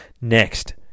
next